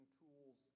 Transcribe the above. tools